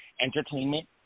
entertainment